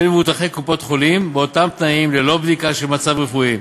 מבוטחי קופות-חולים באותם תנאים ללא בדיקה של מצב רפואי.